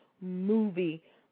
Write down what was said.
movie